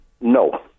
No